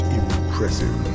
impressive